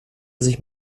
sich